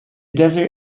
desert